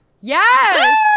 Yes